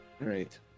Right